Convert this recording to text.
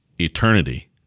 eternity